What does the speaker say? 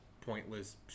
pointless